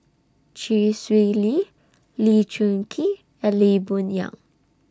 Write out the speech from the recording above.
Chee Swee Lee Lee Choon Kee and Lee Boon Yang